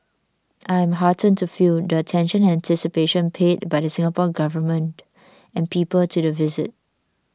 I'm heartened to feel the attention and anticipation paid by the Singapore Government and people to the visit